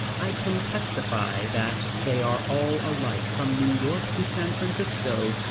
i can testify that they are all alike from new york to san francisco.